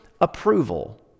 Approval